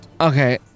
Okay